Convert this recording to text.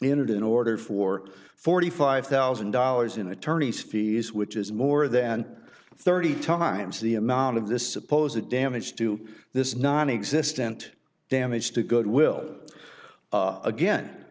ended in order for forty five thousand dollars in attorney's fees which is more than thirty dollars times the amount of this supposed damage to this non existent damage to good will again